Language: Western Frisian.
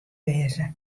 wêze